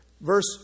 verse